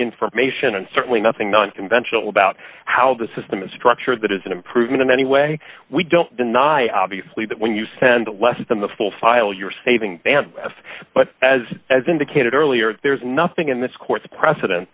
information and certainly nothing non conventional about how the system is structured that is an improvement anyway we don't deny obviously that when you send less than the full file you're saving bandwidth but as has indicated earlier there's nothing in this court's precedent